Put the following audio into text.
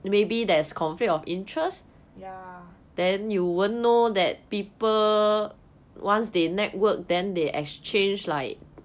ya